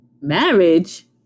marriage